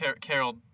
Carol